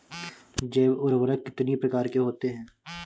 जैव उर्वरक कितनी प्रकार के होते हैं?